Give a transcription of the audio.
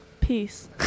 Peace